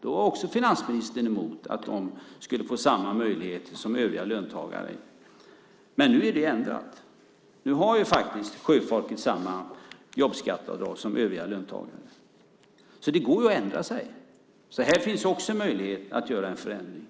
Då var finansministern också emot att de skulle få samma möjligheter som övriga löntagare. Men nu är det ändrat. Nu har faktiskt sjöfolket samma jobbskatteavdrag som övriga löntagare. Det går att ändra sig. Här finns också möjlighet att göra en förändring.